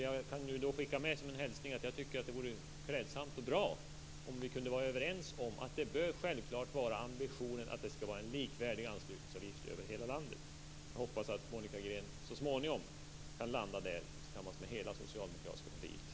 Jag kan skicka med som en hälsning att jag tycker att det vore klädsamt och bra om vi kunde vara överens om att ambitionen självklart bör vara en likvärdig anslutningsavgift över hela landet. Jag hoppas att Monica Green så småningom kan landa där tillsammans med hela socialdemokratiska partiet.